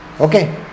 Okay